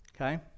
Okay